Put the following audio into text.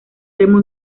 remo